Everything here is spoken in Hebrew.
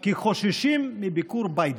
כי חוששים מביקור ביידן.